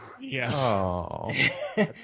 yes